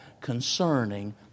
concerning